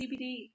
CBD